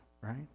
right